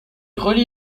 relie